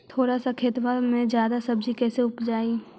थोड़ा सा खेतबा में जादा सब्ज़ी कैसे उपजाई?